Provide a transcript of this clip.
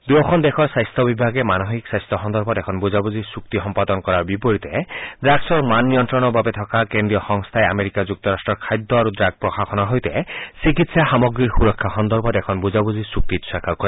দুয়োখন দেশৰ স্বাস্থ বিভাগে মানসিক স্বাস্থ্য সন্দৰ্ভত এখন বুজাবুজিৰ চুক্তি সম্পাদন কৰাৰ বিপৰীতে ড্ৰাগছৰ মান নিয়ন্ত্ৰণৰ বাবে থকা কেন্দ্ৰীয় সংস্থাই আমেৰিকা যুক্তৰাষ্ট্ৰৰ খাদ্য আৰু ড্ৰাগ প্ৰশাসনৰ সৈতে চিকিৎসা সামগ্ৰীৰ সূৰক্ষা সন্দৰ্ভত এখন বুজাবুজিৰ চুক্তিত স্বাক্ষৰ কৰে